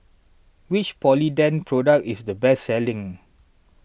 which Polident Product is the best selling